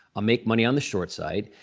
i'll make money on the short side.